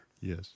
Yes